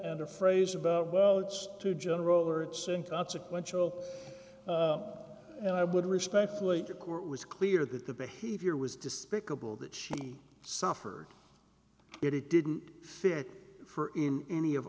and a phrase about well it's too general or it's in consequential and i would respectfully was clear that the behavior was despicable that she suffered if it didn't appear for him any of